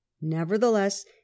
Nevertheless